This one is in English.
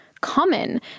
common